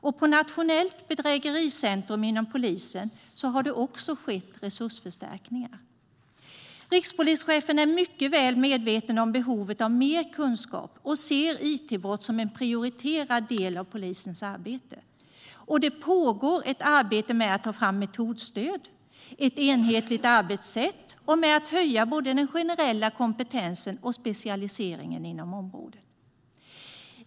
Även på Nationellt bedrägericentrum inom polisen har det skett resursförstärkningar. Rikspolischefen är mycket väl medveten om behovet av mer kunskap och ser it-brott som en prioriterad del av polisens arbete. Det pågår också ett arbete med att ta fram metodstöd och ett enhetligt arbetssätt och med att höja både den generella kompetensen och specialiseringen inom området.